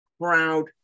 proud